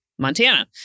Montana